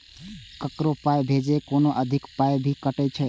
ककरो पाय भेजै मे कोनो अधिक पाय भी कटतै की?